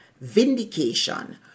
vindication